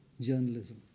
journalism